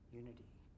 unity